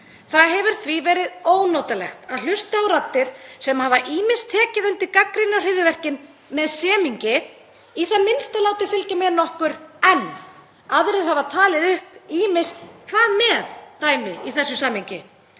Það hefur því verið ónotalegt að hlusta á raddir sem hafa tekið undir gagnrýni á hryðjuverkin með semingi, í það minnsta látið fylgja með nokkur „en“. Aðrir hafa talið upp ýmis „hvað með“-dæmi í þessu samhengi.